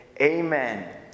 amen